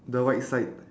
the right side